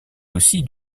aussi